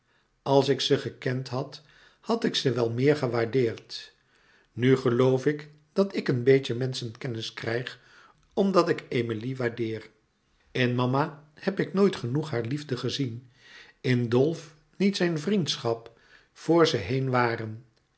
als ik ze gekend had had ik ze wel meer gewaardeerd nu geloof ik dat ik een beetje menschenkennis krijg omdat ik emilie waardeer in mama heb ik nooit genoeg haar liefde gezien in dolf niet zijn vriendschap voor ze heen waren